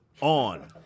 on